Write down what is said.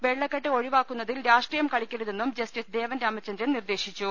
വെള്ള ക്കെട്ട് ഒഴിവാക്കുന്നതിൽ രാഷ്ട്രീയം കളിക്കരുതെന്നും ജസ്റ്റിസ് ദേവൻ രാമ ചന്ദ്രൻ നിർദ്ദേശിച്ചു